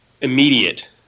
immediate